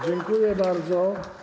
Dziękuję bardzo.